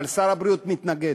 אבל שר הבריאות מתנגד.